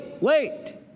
wait